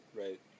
right